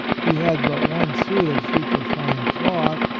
he had but one suit of superfine cloth,